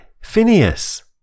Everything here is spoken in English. Phineas